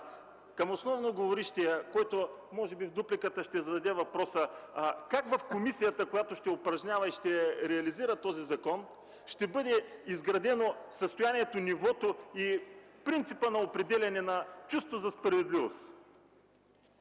Към основно говорившия, който може би в дупликата ще зададе въпроса: Как в комисията, която ще упражнява и ще реализира този закон, ще бъде изградено състоянието, нивото и принципа на определяне на чувство за справедливост?